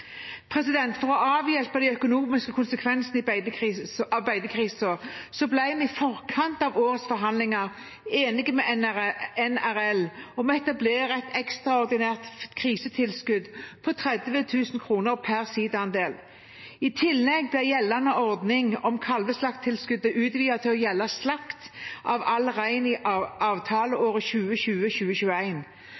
For å avhjelpe de økonomiske konsekvensene av beitekrisen ble vi i forkant av årets forhandlinger enige med NRL om å etablere et ekstraordinært krisetilskudd på 30 000 kr per sidaandel. I tillegg ble gjeldende ordning om kalveslakttilskuddet utvidet til å gjelde slakt av all rein i avtaleåret 2020–2021. Den ekstraordinære ordningen ble etablert innenfor rammene av gjeldende avtale.